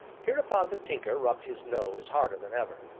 hereupon the tinker rubbed his nose harder than ever.